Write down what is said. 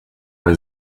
bei